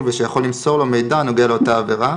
ושיכול למסור לו מידע הנוגע לאותה עבירה,